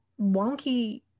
wonky